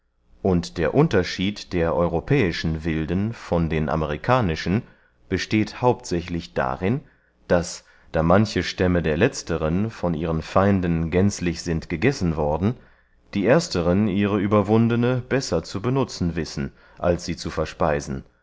und der unterschied der europäischen wilden von den amerikanischen besteht hauptsächlich darin daß da manche stämme der letzteren von ihren feinden gänzlich sind gegessen worden die ersteren ihre ueberwundene besser zu benutzen wissen als sie zu verspeisen